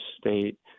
state